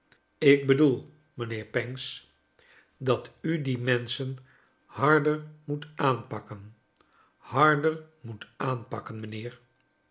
ik bedoel mijnheer pancks dat kleine dorrit u die menschen harder moet aanpakken harder moet aanpakken mijnheer